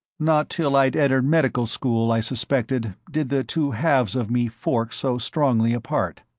not till i'd entered medical school, i suspected, did the two halves of me fork so strongly apart.